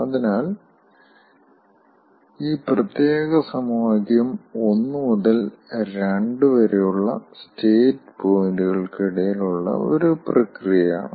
അതിനാൽ ഈ പ്രത്യേക സമവാക്യം 1 മുതൽ 2 വരെയുള്ള സ്റ്റേറ്റ് പോയിന്റുകൾക്കിടയിലുള്ള ഒരു പ്രക്രിയയാണ്